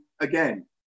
again